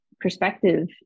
perspective